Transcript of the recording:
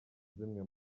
zimwe